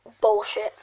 Bullshit